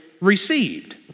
received